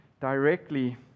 directly